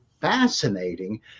fascinating